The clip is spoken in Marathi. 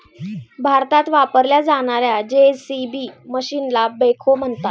भारतात वापरल्या जाणार्या जे.सी.बी मशीनला बेखो म्हणतात